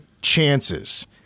chances